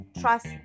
trust